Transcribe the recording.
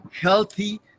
healthy